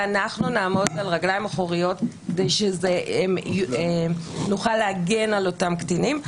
ואנחנו נעמוד על הרגליים האחוריות כדי שנוכל להגן על אותם קטינים.